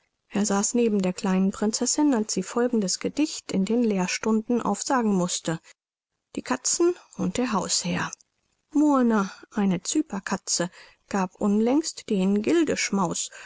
er saß neben der kleinen prinzessin als sie folgendes gedicht in den lehrstunden aufsagen mußte die katzen und der hausherr murner eine cyperkatze gab unlängst den